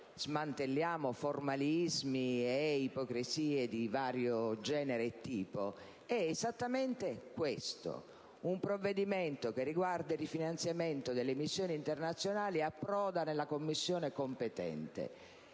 smantelliamo formalismi e ipocrisie di vario genere e tipo, è esattamente questo: un provvedimento che riguarda il rifinanziamento delle missioni internazionali approda nella Commissione competente;